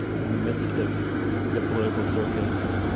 in the midst of the political circus,